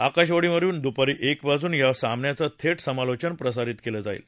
आकाशवाणीवरुन दुपारी एकपासून या सामन्याचं थेट समालोचन प्रसारित केलं जाईल